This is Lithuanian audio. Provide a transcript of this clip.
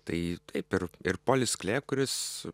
tai taip ir ir polis klė kuris